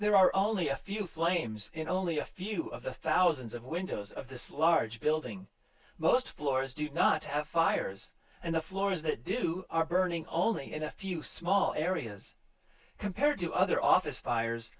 there are only a few flames in only a few of the thousands of windows of this large building most floors do not have fires and the floors that do are burning only in a few small areas compared to other office fires